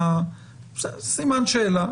סימן שאלה,